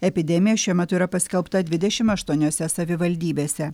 epidemija šiuo metu yra paskelbta dvidešimt aštuoniose savivaldybėse